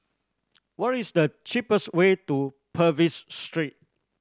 what is the cheapest way to Purvis Street